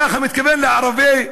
כך הוא מתכוון לערביי 48'